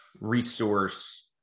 resource